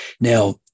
Now